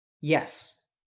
Yes